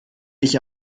nicht